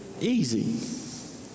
easy